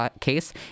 case